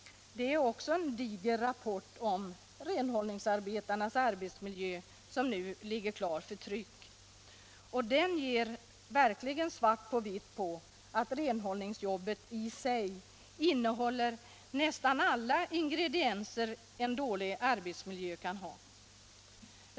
Det är också en diger rapport om renhållningsarbetarnas arbetsmiljö som nu ligger klar för tryck. Den ger verkligen svart på vitt på att renhållningsjobbet i sig innehåller nästan alla ingredienser en dålig arbetsmiljö kan ha.